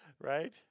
Right